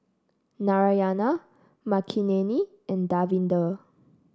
Narayana Makineni and Davinder